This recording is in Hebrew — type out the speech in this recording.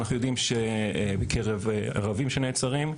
אנחנו יודעים שבקרב ערבים שנעצרים,